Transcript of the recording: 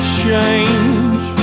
change